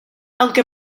aunque